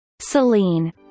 Celine